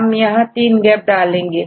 हम यहां 3 गैप डालेंगे